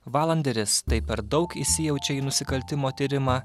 valanderis tai per daug įsijaučia į nusikaltimo tyrimą